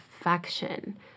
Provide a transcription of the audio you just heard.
affection